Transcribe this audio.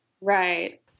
right